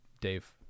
Dave